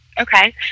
okay